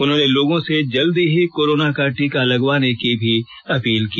उन्होंने लोगों से जल्दी ही कोरोना का टीका लगवाने की भी अपील की